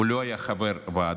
הוא לא היה חבר ועדה,